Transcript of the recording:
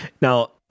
Now